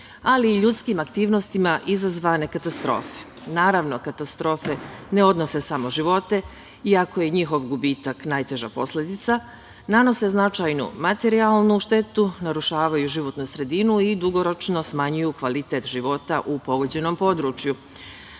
ali i ljudskim aktivnostima izazvane katastrofe. Naravno, katastrofe ne odnose samo živote, iako je njihov gubitak najteža posledica, nanose značajnu materijalnu štetu, narušavaju životnu sredinu i dugoročno smanjuju kvalitet života u pogođenom području.